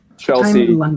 Chelsea